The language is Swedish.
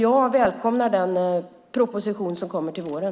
Jag välkomnar den proposition som kommer till våren.